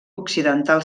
occidental